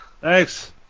Thanks